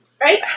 right